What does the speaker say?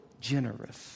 generous